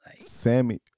Sammy